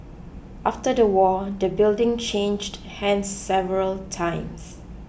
after the war the building changed hands several times